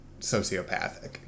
sociopathic